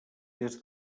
des